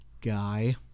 Guy